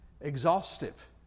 exhaustive